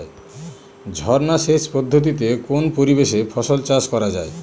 ঝর্না সেচ পদ্ধতিতে কোন পরিবেশে ফসল চাষ করা যায়?